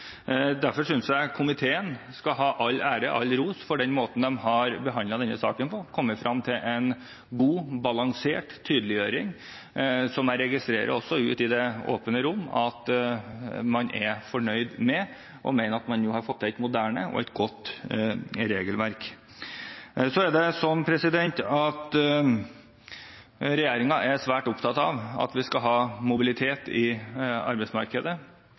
Derfor synes jeg komiteen skal ha all ære og ros for måten den har behandlet denne saken på. Man har kommet frem til en god og balansert tydeliggjøring, som jeg også registrerer man er fornøyd med i det åpne rom. Man mener at man har fått til et moderne og godt regelverk. Så er det sånn at regjeringen er svært opptatt av at vi skal ha mobilitet i arbeidsmarkedet,